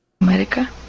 America